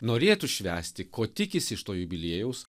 norėtų švęsti ko tikisi iš to jubiliejaus